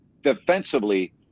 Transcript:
defensively